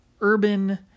urban